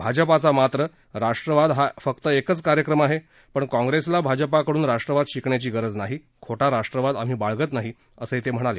भाजपाचा मात्र राष्ट्रवाद हा फक्त एकच कार्यक्रम आहे पण काँग्रेसला भाजपाकडून राष्ट्रवाद शिकण्याची गरज नाही खोटा राष्ट्रवाद आम्ही बाळगत नाही असं ते म्हणाले